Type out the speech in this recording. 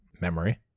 memory